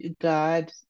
god